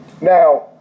Now